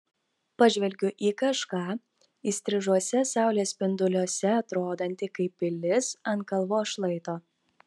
pažvelgiu į kažką įstrižuose saulės spinduliuose atrodantį kaip pilis ant kalvos šlaito